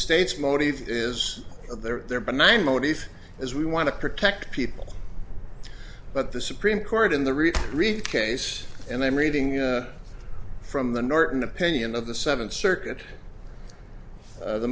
state's motif is there but nine motif is we want to protect people but the supreme court in the read read case and i'm reading from the norton opinion of the seventh circuit